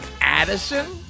Addison